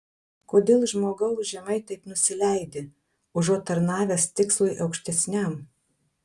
kodėl žmogau žemai taip nusileidi užuot tarnavęs tikslui aukštesniam